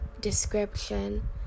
description